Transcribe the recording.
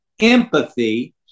empathy